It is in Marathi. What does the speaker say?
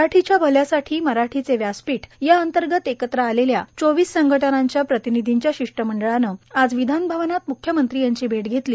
मराठीच्या भल्यासाठी मराठीचे व्यासपीठ याअंतर्गत एकत्र आलेल्या चोवीस संघटनांच्या प्रतिनिधींच्या शिष्टमंडळाने आज विधान भवनात मुख्यमंत्री यांची भेट घेतली